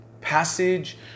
passage